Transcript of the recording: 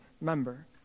member